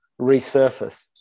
resurface